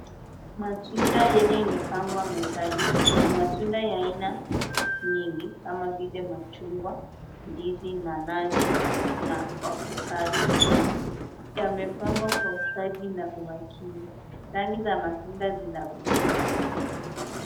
Matunda yenye imepangwa mezani. Ni matunda ya aina nyingi kama vile machungwa ndizi na nazi na ovakado. Yamepangwa kwa ustadi na umakini. Rangi za matunda zinavutia.